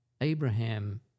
Abraham